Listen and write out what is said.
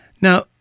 Now